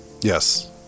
Yes